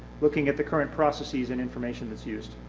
looking at the current processes and information that is used.